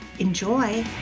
Enjoy